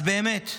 אז באמת,